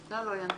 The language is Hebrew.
ארבל,